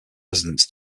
residents